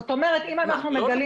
אם אנחנו מגלים